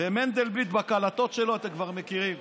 ומנדלבליט בהקלטות שלו, אתה כבר מכירים,